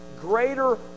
greater